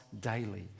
daily